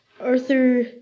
Arthur